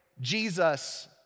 Jesus